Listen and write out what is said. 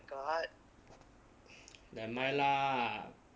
never mind lah